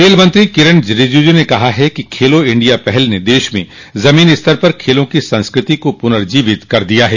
खेल मंत्री किरेन रिजिजू ने कहा है कि खेलो इंडिया पहल ने देश में जमीनी स्तर पर खेलों की संस्कृति को पुनर्जीवित कर दिया है